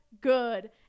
Good